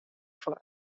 foar